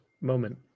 moment